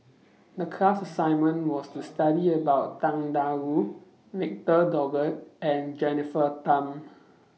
The class assignment was to study about Tang DA Wu Victor Doggett and Jennifer Tham